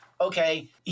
okay